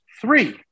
three